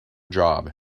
job